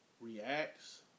reacts